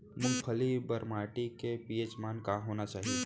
मूंगफली बर माटी के पी.एच मान का होना चाही?